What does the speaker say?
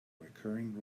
recurring